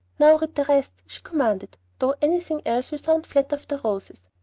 now read the rest, she commanded, though anything else will sound flat after rose's.